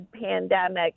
pandemic